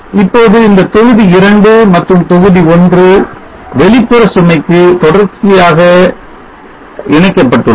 இப்போது இந்த தொகுதி 2 மற்றும் தொகுதி 1 வெளிப்புற சுமைக்கு தொடர்ச்சியாக எரிக்கப்பட்டுள்ளன